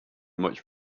much